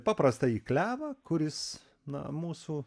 paprastąjį klevą kuris na mūsų